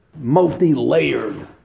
multi-layered